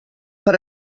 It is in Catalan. per